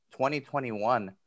2021